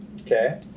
Okay